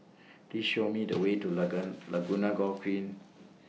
Please Show Me The Way to Laguna Golf Green